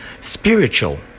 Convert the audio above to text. spiritual